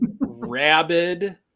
rabid